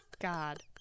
God